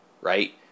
right